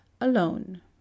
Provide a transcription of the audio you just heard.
alone